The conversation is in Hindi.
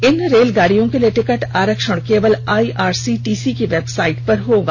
इन रेलगाडियों के लिए टिकट आरक्षण केवल आईआरसीटीसी की वेबसाइट पर ही होगा